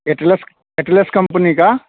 Atlas Atlas company का